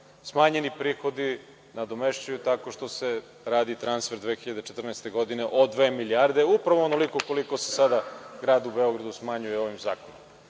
smanjeni prihodi nadomešćuju tako što se radi transfer 2014. godine od dve milijarde, upravo onoliko koliko se sada gradu Beogradu smanjuje ovim zakonom?